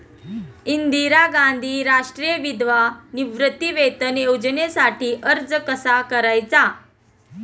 इंदिरा गांधी राष्ट्रीय विधवा निवृत्तीवेतन योजनेसाठी अर्ज कसा करायचा?